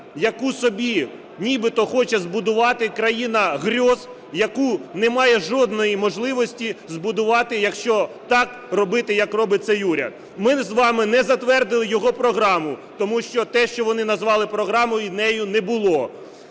яку собі нібито хоче збудувати, країна грьоз, яку не має жодної можливості збудувати, якщо так робити, як робить цей уряд. Ми з вами не затвердили його програму, тому що те, що вони назвали програмою, нею не було.